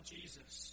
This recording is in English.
Jesus